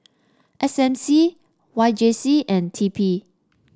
S M C Y J C and T P